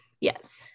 yes